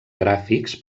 gràfics